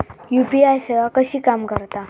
UPI सेवा कशी काम करता?